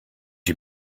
you